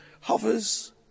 hovers